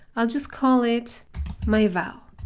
i'll just call it my val.